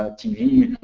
ah tv,